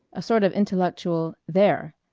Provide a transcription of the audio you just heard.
a sort of intellectual there!